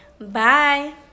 Bye